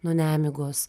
nuo nemigos